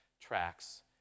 tracks